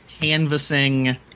canvassing